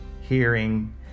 hearing